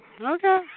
Okay